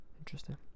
interesting